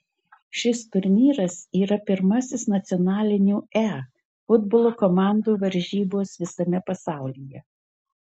šis turnyras yra pirmasis nacionalinių e futbolo komandų varžybos visame pasaulyje